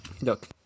look